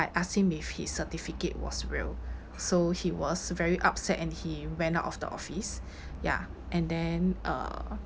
I asked him if his certificate was real so he was very upset and he went out of the office ya and then uh